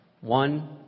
one